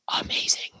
amazing